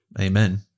Amen